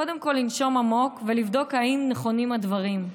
קודם כול לנשום עמוק ולבדוק אם נכונים הדברים.